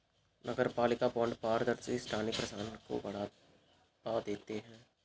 नगरपालिका बॉन्ड पारदर्शी स्थानीय प्रशासन को बढ़ावा देते हैं